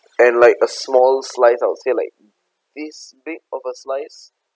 and like a small slice I would say like this big of a slice